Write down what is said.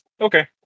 Okay